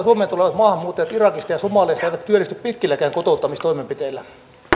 suomeen tulevat maahanmuuttajat irakista ja somaliasta eivät työllisty pitkilläkään kotouttamistoimenpiteillä